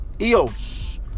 EOS